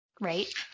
right